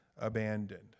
abandoned